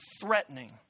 threatening